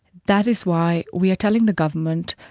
that is why we are telling the government,